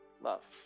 love